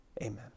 Amen